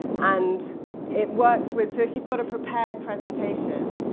and it works with, so if you've got a prepared presentation,